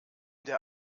der